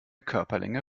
körperlänge